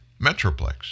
Metroplex